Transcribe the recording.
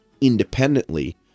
independently